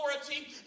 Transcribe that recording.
authority